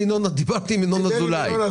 ובסופו של דבר לאנשים לא יהיה כסף,